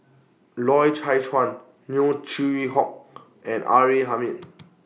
Loy Chye Chuan Neo Chwee Kok and R A Hamid